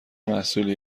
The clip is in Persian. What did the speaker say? محصولی